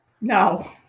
No